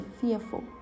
fearful